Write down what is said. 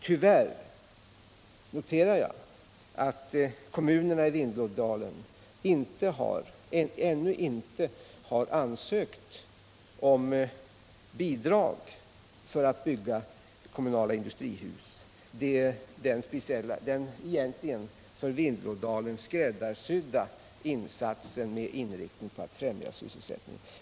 Tyvärr noterar jag att kommunerna i Vindelådalen ännu inte har ansökt delådalen om bidrag för att bygga kommunala industrihus. Det är fråga om den egentligen för Vindelådalen skräddarsydda insatsen med inriktning på att främja sysselsättningen.